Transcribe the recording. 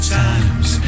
times